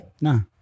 No